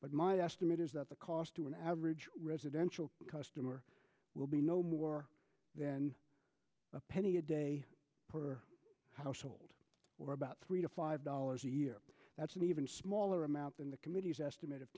but my estimate is that the cost to an average residential customer will be no more than a penny a day per household or about three to five dollars a year that's an even smaller amount than the committee's estimate of